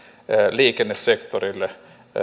liikennesektorille